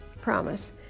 Promise